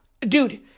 dude